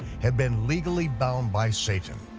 had been legally bound by satan.